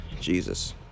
Jesus